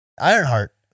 Ironheart